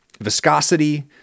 viscosity